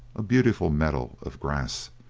a beautiful meadow of grass.